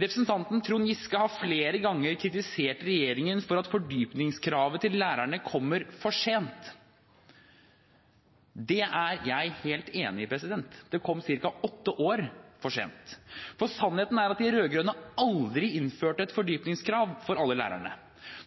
Representanten Trond Giske har flere ganger kritisert regjeringen for at fordypningskravet til lærerne kommer for sent. Det er jeg helt enig i. Det kom ca. åtte år for sent. Sannheten er at de rød-grønne aldri innførte et fordypningskrav for alle lærerne.